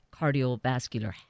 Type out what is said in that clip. Cardiovascular